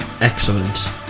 excellent